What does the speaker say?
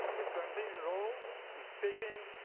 he's currently enrolled in speaking,